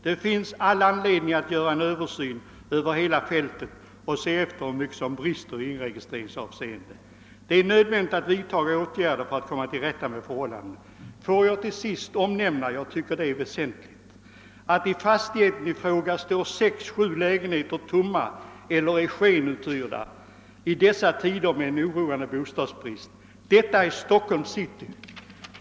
Det finns all anledning att göra en översyn över hela fältet och se efter hur mycket som brister i inregistreringsavseende. Det är nödvändigt att vidtaga åtgärder för att komma till rätta med förhållandena. Låt mig till sist omnämna att sex sju lägenheter i ifrågavarande fastighet står tomma eller är skenuthyrda i dessa tider med en oroande bostadsbrist — detta i Stockholms city!